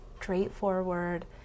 straightforward